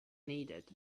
needed